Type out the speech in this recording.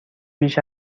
بیش